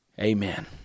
amen